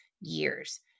years